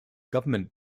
government